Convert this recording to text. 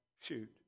Shoot